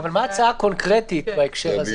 מה ההצעה הקונקרטית בהקשר הזה?